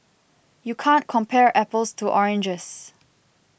you can't compare apples to oranges